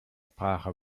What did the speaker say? sprache